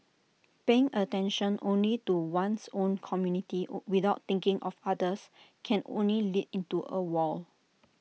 paying attention only to one's own community on without thinking of others can only lead into A wall